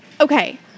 Okay